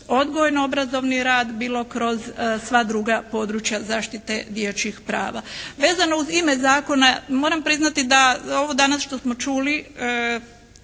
odgojno-obrazovni rad, bilo kroz sva druga područja zaštite dječjih prava. Vezano uz ime zakona moram priznati da ovo danas što smo čuli